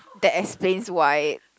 that explains why